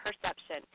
perception